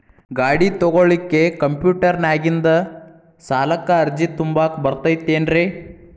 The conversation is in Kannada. ಗಾಡಿ ತೊಗೋಳಿಕ್ಕೆ ಕಂಪ್ಯೂಟೆರ್ನ್ಯಾಗಿಂದ ಸಾಲಕ್ಕ್ ಅರ್ಜಿ ತುಂಬಾಕ ಬರತೈತೇನ್ರೇ?